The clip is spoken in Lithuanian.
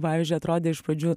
pavyzdžiui atrodė iš pradžių